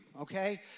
Okay